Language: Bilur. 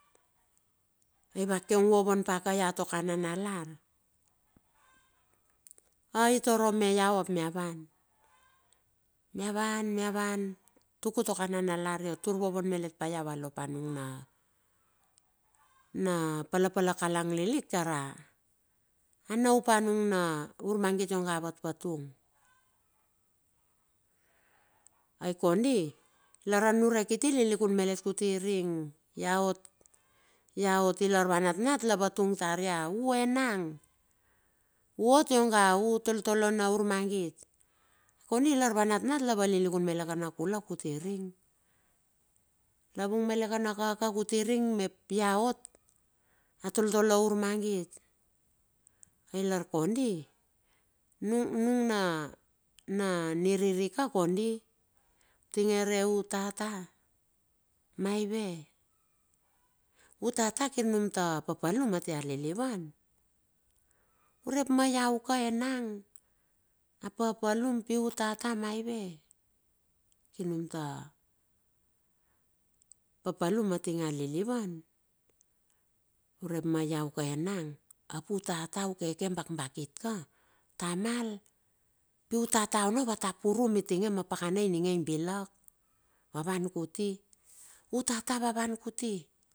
Ai va keung vovon paka ia tua nanalar. Ai torom me iau ap mia van, mia van, tuk utua nana nalar iot tur vovon malet pa ia, va lo pa anung na palapala kalang lilik taura, a nau pa nung na urmangit ionga vatvatung. Ai kondi lar a niurek kiti ililikun malet kuti ring iaot, iaot. Lar ava natnat la vatung tar u eenang, u ot ionga u toltol e na urmagit. Kondi lar ava natnat la valilikun malet ka na kula kuti ring, la vung male ka na kaka kuti ring mep, ia ot a tolotolo a urmangit. Ai lar kondi nung na, na niriri ka kondi, utinge re u tata maive? U tata kir num papalum atia livan? Urep ma iau ka enang a papalum pi u tata maive? Kir num ta papalum ati alilivan urep ma iau ka enanga, ap u tata u keke bakbakit ka, tamal, piu tata ono vata purum mitinge ma pakana ininge imbilak, va van kuti. U tata va van kuti.